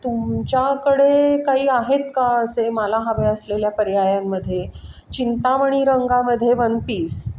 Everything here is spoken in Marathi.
तुमच्याकडे काही आहेत का असे मला हवे असलेल्या पर्यायांमध्ये चिंतामणी रंगामध्ये वन पीस